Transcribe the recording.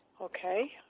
Okay